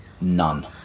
None